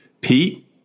Pete